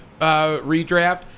redraft